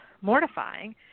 mortifying